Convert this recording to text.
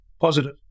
Positive